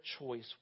choice